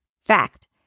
Fact